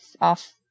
off